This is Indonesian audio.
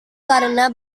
karena